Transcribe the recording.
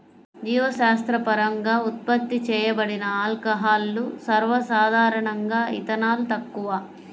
జీవశాస్త్రపరంగా ఉత్పత్తి చేయబడిన ఆల్కహాల్లు, సర్వసాధారణంగాఇథనాల్, తక్కువ